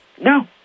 no